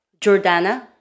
Jordana